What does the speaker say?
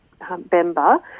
Bemba